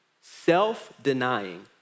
self-denying